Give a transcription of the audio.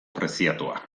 preziatua